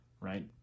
right